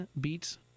beats